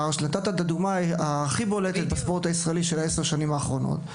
נתת את הדוגמה הכי בולטת של הספורט הישראלי בעשר השנים האחרונות,